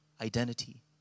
identity